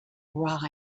ride